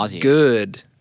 good